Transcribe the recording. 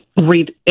read